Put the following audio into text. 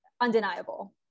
undeniable